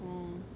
mm